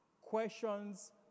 questions